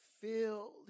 filled